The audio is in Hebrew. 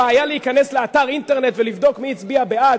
בעיה להיכנס לאתר אינטרנט ולבדוק מי הצביע בעד?